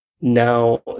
now